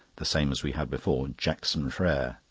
the same as we had before, jackson freres.